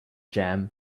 jam